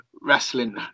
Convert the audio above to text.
wrestling